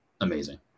amazing